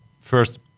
first